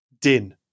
din